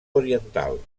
oriental